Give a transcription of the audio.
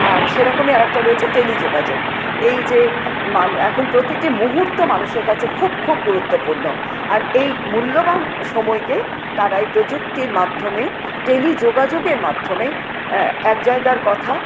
আর সেরকমই আরেকটা রয়েছে টেলিযোগাযোগ এই যে এখন প্রতিটি মুহূর্ত মানুষের কাছে খুব খুব গুরুত্বপূর্ণ আর এই মূল্যবান সময়কে তারা এই প্রযুক্তির মাধ্যমে টেলিযোগাযোগের মাধ্যমে এক জায়গার কথা